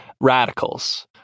radicals